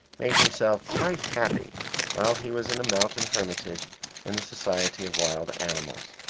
made himself quite happy while he was in a mountain hermitage in the society of wild animals.